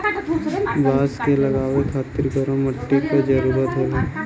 बांस क लगावे खातिर गरम मट्टी क जरूरत होला